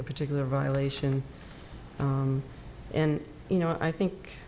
a particular violation and you know i think